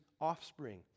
offspring